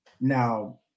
Now